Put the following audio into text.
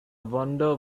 wonder